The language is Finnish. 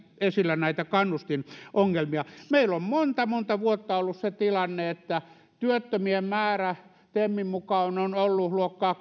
esillä näitä kannustinongelmia meillä on monta monta vuotta ollut se tilanne että työttömien määrä temin mukaan on on ollut luokkaa